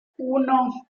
uno